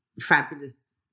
fabulous